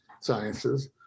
sciences